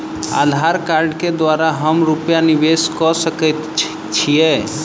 आधार कार्ड केँ द्वारा हम रूपया निवेश कऽ सकैत छीयै?